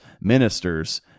ministers